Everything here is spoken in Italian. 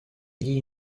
gli